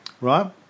right